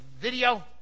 video